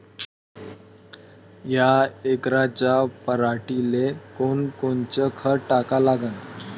यका एकराच्या पराटीले कोनकोनचं खत टाका लागन?